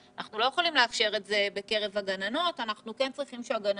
אנחנו לא יכולים לאפשר את זה בקרב הגננות אנחנו כן צריכים שהגננות